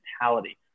mentality